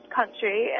country